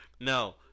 No